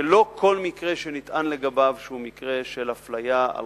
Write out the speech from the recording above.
שלא כל מקרה שנטען לגביו שהוא מקרה של אפליה על